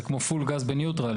זה כמו פול גז בניוטרל.